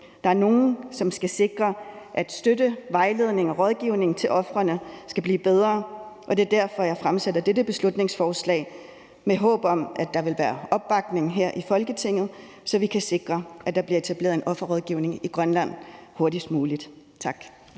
for dem. Nogle skal sikre, at støtte, vejledning og rådgivning til ofrene kan blive bedre, og det er derfor, jeg fremsætter dette beslutningsforslag med håb om, at der her i Folketinget vil være opbakning, så vi kan sikre, at der bliver etableret en offerrådgivning i Grønland hurtigst muligt. Tak.